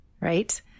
right